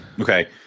okay